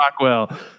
Rockwell